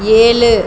ஏழு